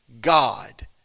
God